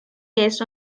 guest